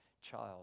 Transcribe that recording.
child